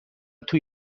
توی